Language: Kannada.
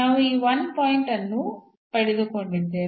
ನಾವು 0 0 ಹೊರತು ಬೇರೆ ಯಾವುದೇ ಪಾಯಿಂಟ್ ಅನ್ನು ಪಡೆಯುತ್ತಿಲ್ಲ